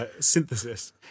synthesis